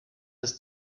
des